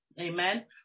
Amen